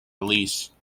release